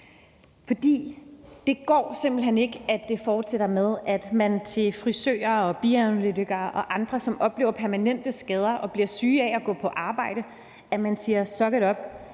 for det går simpelt hen ikke, at det fortsætter med, at man til frisører, bioanalytikere og andre, som oplever permanente skader, og som bliver syge af at gå på arbejde, siger: Suck it up.